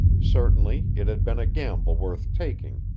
certainly it had been a gamble worth taking,